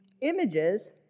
images